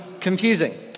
confusing